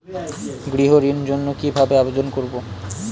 গৃহ ঋণ জন্য কি ভাবে আবেদন করব?